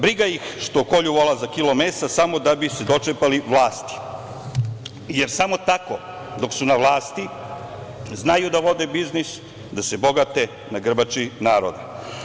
Briga ih što kolju vola za kilo mesa, samo da bi se dočepali vlasti, jer samo tako, dok su na vlasti, znaju da vode biznis, da se bogate na grbači naroda.